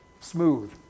smooth